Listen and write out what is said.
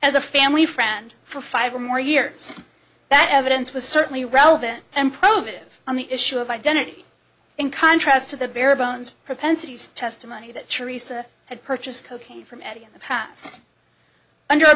as a family friend for five or more years that evidence was certainly relevant and probative on the issue of identity in contrast to the bare bones propensities testimony that teresa had purchased cocaine from the past under a